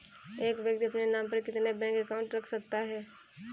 एक व्यक्ति अपने नाम पर कितने बैंक अकाउंट रख सकता है?